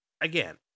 again